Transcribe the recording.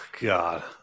God